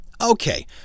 okay